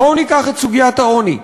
בואו ניקח את סוגיית העוני.